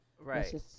right